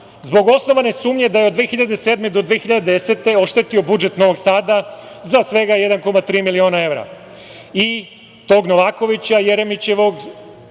zbog osnovne sumnje da je od 2007. do 2010. godine oštetio budžet Novog Sada za svega 1,3 miliona evra.